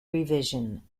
revision